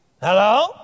Hello